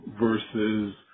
versus